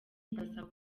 ndasaba